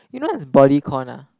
you know what's bodycon ah